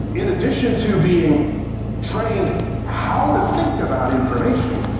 in addition to being trained how to think about information,